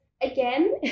again